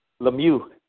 Lemieux